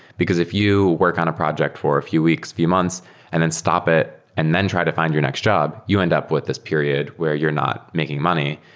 because if you work on a project for a few weeks, few months and then stop it and then try to find your next job, you end up with this period where you're not making money,